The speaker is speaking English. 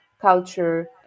culture